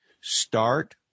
Start